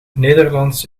nederlands